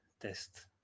test